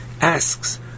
asks